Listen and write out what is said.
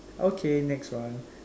okay next one